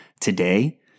today